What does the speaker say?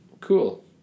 Cool